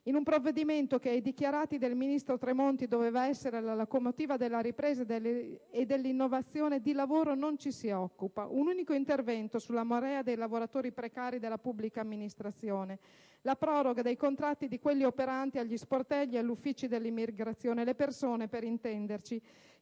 In un provvedimento che, stando ai dichiarati del ministro Tremonti, doveva essere la locomotiva della ripresa e dell'innovazione, di lavoro non ci si occupa. Un unico intervento sulla marea dei lavoratori precari della pubblica amministrazione: la proroga dei contratti dei precari operanti per il Ministero dell'interno agli sportelli e agli uffici per l'immigrazione; le persone - per intenderci